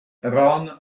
ron